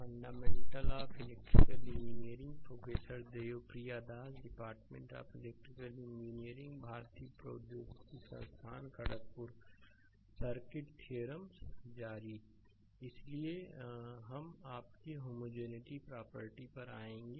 fundamental of electrical engineering prof Devapriya Das department of electrical engineering भारतीय प्रौद्योगिकी संस्थान खड़गपुर सर्किट थ्योरम्स जारी इसलिए हम आपके होमोजेनििटी प्रॉपर्टी पर आएंगे